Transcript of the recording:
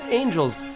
angels